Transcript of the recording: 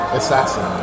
assassin